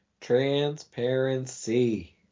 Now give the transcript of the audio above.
Transparency